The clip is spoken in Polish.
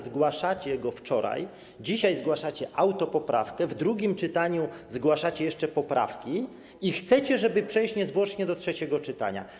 Zgłaszacie go wczoraj, dzisiaj zgłaszacie autopoprawkę, w drugim czytaniu zgłaszacie jeszcze poprawki i chcecie, żeby przejść niezwłocznie do trzeciego czytania.